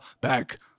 back